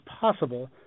possible